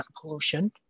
pollution